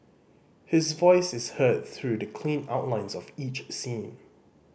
his voice is heard through the clean outlines of each scene